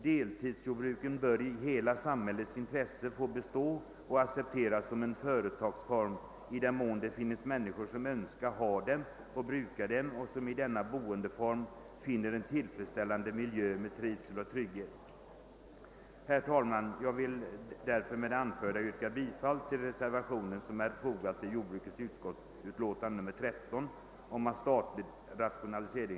Deltidsjordbruken bör i hela samhällets intresse få bestå och accepteras som en företagsform så länge det finns människor som önskar bruka dem och som i denna boendeform finner en tillfredsställande miljö med trivsel och frihet. Herr talman! Med det anförda ber jag att få yrka bifall till den vid utlåtandet fogade reservationen.